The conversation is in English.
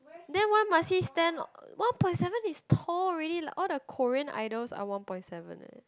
then why must he stand one point seven is tall already like all the Korean idols are one point seven eh